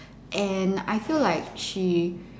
and I feel like she